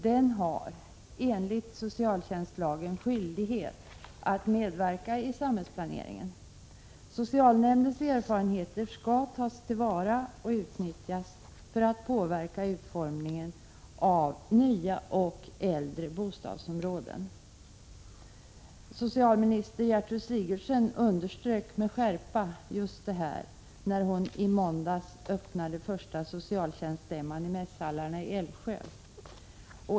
Den har enligt socialtjänstlagen skyldighet att medverka i samhällsplaneringen. Socialnämndens erfarenheter skall tas till vara och utnyttjas för att påverka utformningen av nya och äldre bostadsområden. Socialminister Gertrud Sigurdsen underströk med skärpa just detta när hon i måndags öppnade den första socialtjänststämman i mässhallarna i Älvsjö.